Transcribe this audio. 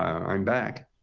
i'm back.